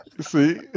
See